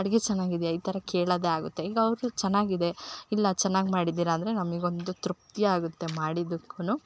ಅಡುಗೆ ಚೆನ್ನಾಗಿದೀಯ ಈ ಥರ ಕೇಳೋದೆ ಆಗುತ್ತೆ ಈಗ ಅವರು ಚೆನ್ನಾಗಿದೆ ಇಲ್ಲ ಚೆನ್ನಾಗ್ ಮಾಡಿದ್ದೀರ ಅಂದರೆ ನಮಗೊಂದು ತೃಪ್ತಿ ಆಗುತ್ತೆ ಮಾಡಿದಕ್ಕು